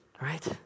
right